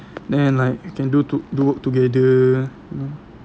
then like you can do to do work together